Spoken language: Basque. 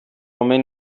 omen